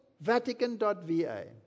Vatican.va